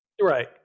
Right